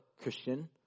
Christian